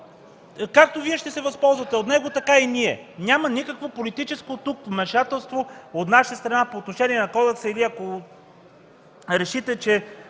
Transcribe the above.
както Вие ще се възползвате от него, така и ние. Няма никакво политическо вмешателство тук от наша страна по отношение на Кодекса или, ако решите, че